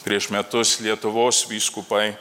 prieš metus lietuvos vyskupai